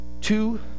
two